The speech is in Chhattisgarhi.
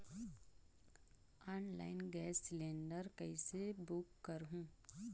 ऑनलाइन गैस सिलेंडर कइसे बुक करहु?